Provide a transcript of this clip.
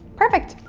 perfect.